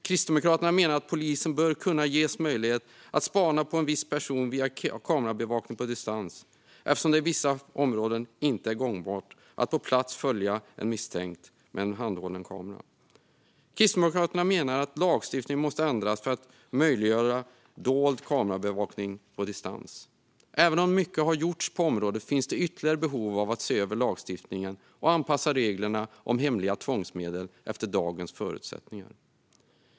Kristdemokraterna menar att polisen bör kunna ges möjlighet att spana på en viss person via kamerabevakning på distans eftersom det i vissa områden inte är gångbart att på plats följa en misstänkt med en handhållen kamera. Kristdemokraterna menar att lagstiftningen måste ändras för att möjliggöra dold kamerabevakning på distans. Även om mycket har gjorts på området finns ytterligare behov av att se över lagstiftningen och att anpassa reglerna om hemliga tvångsmedel efter dagens förutsättningar.